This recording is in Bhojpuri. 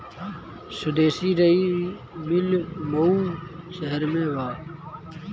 स्वदेशी रुई मिल मऊ शहर में बा